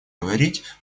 говорить